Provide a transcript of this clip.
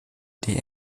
die